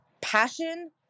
passion